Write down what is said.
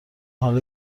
حالا